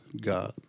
God